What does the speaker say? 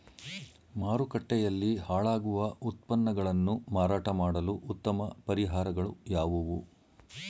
ಮಾರುಕಟ್ಟೆಯಲ್ಲಿ ಹಾಳಾಗುವ ಉತ್ಪನ್ನಗಳನ್ನು ಮಾರಾಟ ಮಾಡಲು ಉತ್ತಮ ಪರಿಹಾರಗಳು ಯಾವುವು?